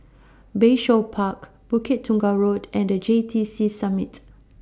Bayshore Park Bukit Tunggal Road and The J T C Summit